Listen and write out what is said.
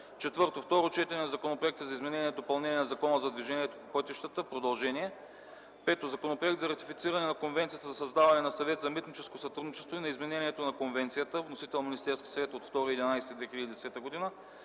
г. 4. Второ четене на Законопроекта за изменение и допълнение на Закона за движението по пътищата – продължение. 5. Законопроект за ратифициране на Конвенцията за създаване на Съвет за митническо сътрудничество и на изменението на конвенцията. Вносител – Министерският съвет, 2 ноември 2010 г.